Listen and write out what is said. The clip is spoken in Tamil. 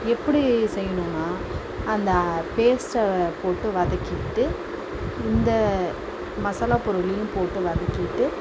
எப்படி செய்யணும்னால் அந்த பேஸ்ட்டை போட்டு வதக்கிகிட்டு இந்த மசாலா பொருளையும் போட்டு வதக்கிகிட்டு